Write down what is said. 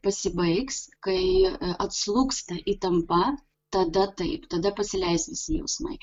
pasibaigs kai atslūgsta įtampa tada taip tada pasileis visi jausmai